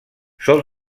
sol